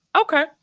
Okay